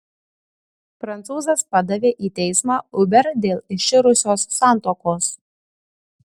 prancūzas padavė į teismą uber dėl iširusios santuokos